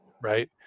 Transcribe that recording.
right